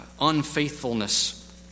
unfaithfulness